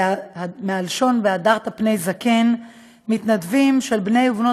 מלשון "והדרת פני זקן" מתנדבים של בני ובנות